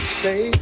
say